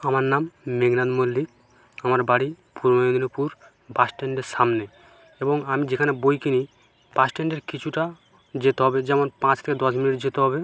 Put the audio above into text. আমার নাম মেঘনাদ মল্লিক আমার বাড়ি পূর্ব মেদিনীপুর বাস স্ট্যাণ্ডের সামনে এবং আমি যেখানে বই কিনি বাস স্ট্যাণ্ডের কিছুটা যেতে হবে যেমন পাঁচ থেকে দশ মিনিট যেতে হবে